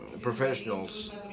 professionals